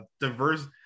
Diverse